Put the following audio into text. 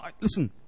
Listen